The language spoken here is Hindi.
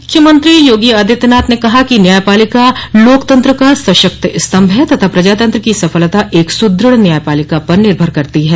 मुख्यमंत्री योगी आदित्यनाथ ने कहा है कि न्यायपालिका लोकतंत्र का सशक्त स्तम्भ है तथा प्रजातंत्र की सफलता एक सुदृढ़ न्यायपालिका पर निर्भर करती है